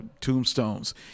tombstones